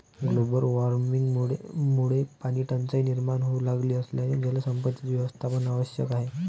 global वॉर्मिंगमुळे पाणीटंचाई निर्माण होऊ लागली असल्याने जलसंपत्तीचे व्यवस्थापन आवश्यक आहे